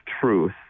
truth